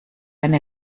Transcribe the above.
eine